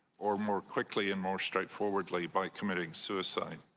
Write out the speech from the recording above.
or more quickly and more straightforwardly, by committing suicide.